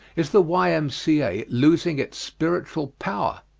is the y m c a. losing its spiritual power?